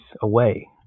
away